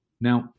Now